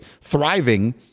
thriving